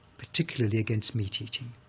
particularly against meat-eating.